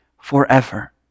forever